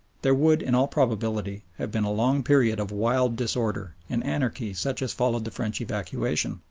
there would in all probability have been a long period of wild disorder and anarchy such as followed the french evacuation.